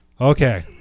Okay